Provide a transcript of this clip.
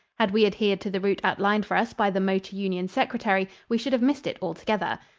had we adhered to the route outlined for us by the motor union secretary, we should have missed it altogether.